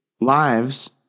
lives